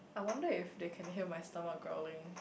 I wonder if they can hear my stomach growling